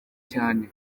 cyane